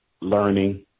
learning